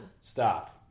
Stop